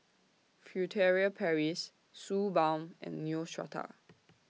Furtere Paris Suu Balm and Neostrata